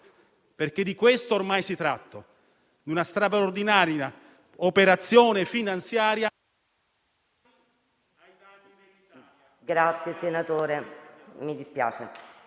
Perché di questo ormai si tratta, di una straordinaria operazione finanziaria